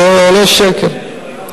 זה עולה שקל.